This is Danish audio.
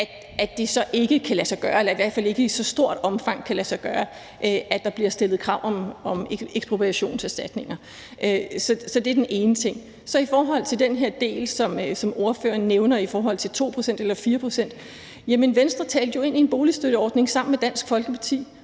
at det så ikke kan lade sig gøre – eller at det i hvert fald ikke i så stort omfang kan lade sig gøre – at der bliver stillet krav om ekspropriationserstatninger. Så det er den ene ting. Så vil jeg i forhold til den her del, som ordføreren nævner, nemlig det med 2 pct. eller 4 pct., sige, at Venstre jo talte ind i en boligstøtteordning sammen med Dansk Folkeparti,